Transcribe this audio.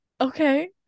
Okay